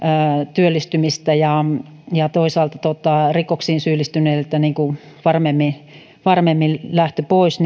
työllistymistä ja ja toisaalta rikoksiin syyllistyneille varmemmin varmemmin lähtöä pois